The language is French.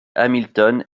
hamilton